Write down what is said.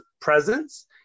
presence